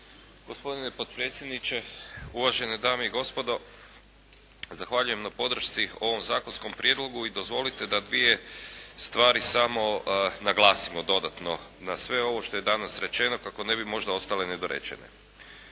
Gospodine potpredsjedniče, uvažene dame i gospodo. Zahvaljujem na podršci ovom zakonskom prijedlogu i dozvolite da dvije stvari samo naglasimo dodatno na sve ovo što je danas rečeno kako ne bi možda ostale nedorečene.